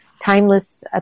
timeless